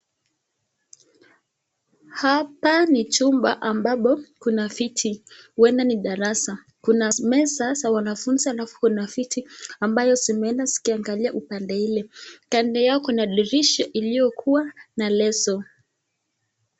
Hapa ni chumba ambapo kuna viti huenda ni darasa kuna meza za wanafunzi alafu kuna viti ambayo zimeenda zikiangalia upande ile kando yao kuna dirisha iliyokuwa na leso.